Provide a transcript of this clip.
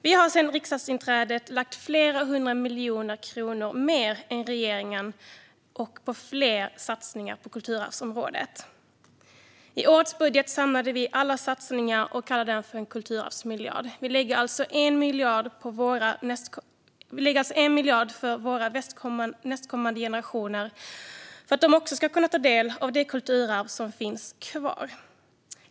Vi har sedan riksdagsinträdet lagt flera hundra miljoner kronor mer än regeringen på kulturarvsområdet och på fler satsningar. I årets budget samlade vi alla satsningar och kallade det för en kulturarvsmiljard. Vi lägger alltså 1 miljard för att även våra nästkommande generationer ska kunna ta del av det kulturarv som finns kvar.